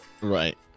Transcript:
Right